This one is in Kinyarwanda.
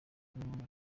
uburyo